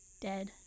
dead